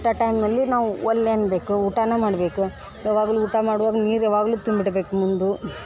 ಊಟ ಟೈಮಲ್ಲಿ ನಾವು ಒಲ್ಲೆ ಅನ್ಬೇಕು ಊಟನ ಮಾಡ್ಬೇಕು ಯಾವಾಗ್ಲೂ ಊಟ ಮಾಡುವಾಗ ನೀರು ಯಾವಾಗ್ಲೂ ತುಂಬಿ ಇಡ್ಬೇಕು ಮುಂದೆ